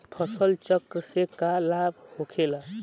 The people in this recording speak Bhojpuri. फसल चक्र से का लाभ होखेला?